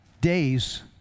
days